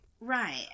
right